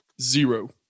Zero